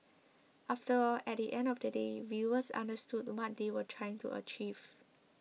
after all at the end of the day viewers understood what they were trying to achieve